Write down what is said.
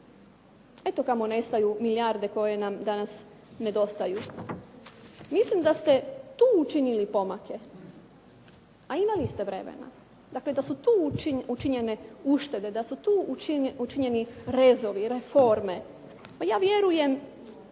Eto kamo nestaju milijarde koje nam danas nedostaju. Mislim da ste tu učinili pomake, a imali ste vremena. Dakle, da su tu učinjene uštede, da su tu učinjeni rezovi, reforme. Pa ja vjerujem